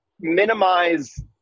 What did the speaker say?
minimize